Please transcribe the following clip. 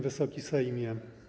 Wysoki Sejmie!